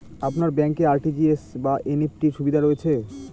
আপনার ব্যাংকে আর.টি.জি.এস বা এন.ই.এফ.টি র সুবিধা রয়েছে?